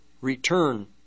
return